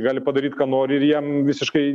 gali padaryt ką nori ir jam visiškai